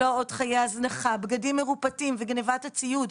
לא עוד חיי הזנחה, בגדים מרופטים וגניבת הציוד.